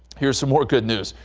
here's some more good news.